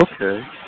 Okay